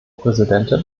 präsidentin